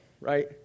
right